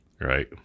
right